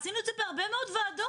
עשינו את זה בהרבה מאוד ועדות.